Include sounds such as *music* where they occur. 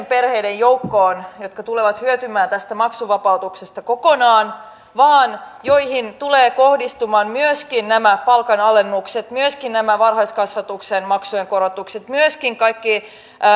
*unintelligible* perheiden joukkoon jotka tulevat hyötymään tästä maksuvapautuksesta kokonaan vaan joihin tulevat kohdistumaan myöskin nämä palkanalennukset myöskin nämä varhaiskasvatuksen maksujen korotukset myöskin kaikki